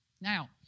Now